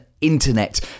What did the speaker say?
Internet